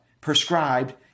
prescribed